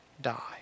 die